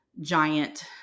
giant